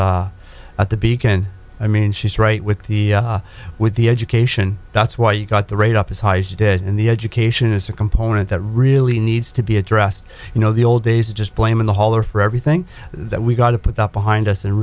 program at the beacon i mean she's right with the with the education that's why you got the rate up as high as you did in the education is a component that really needs to be addressed you know the old days just blaming the hauler for everything that we've got to put up behind us and